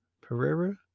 Pereira